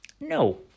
no